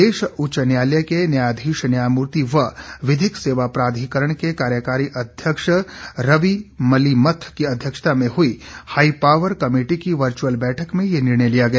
प्रदेश उच्च न्यायालय के न्यायाधीश न्यायमूर्ति व विधिक सेवा प्राधिकरण के कार्यकारी अध्यक्ष रवि मलिमथ की अध्यक्षता में हुई हाईपावर कमेटी की वर्चुअल बैठक में यह निर्णय लिया गया